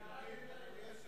קריאות: